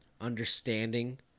understanding